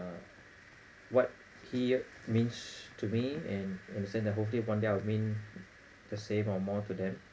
uh what he means to me and I'm saying that hopefully one day I'll mean the same or more to them